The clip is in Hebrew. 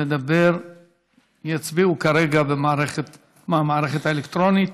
לדבר יצביעו כרגע במערכת האלקטרונית.